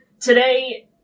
Today